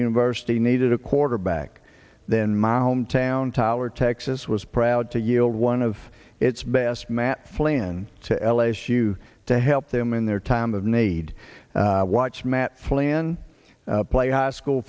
university needed a quarterback then my hometown tyler texas was proud to yield one of its best matt flynn to las you to help them in their time of need watch matt flynn play high school